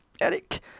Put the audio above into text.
Eric